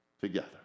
together